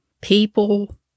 people